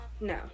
no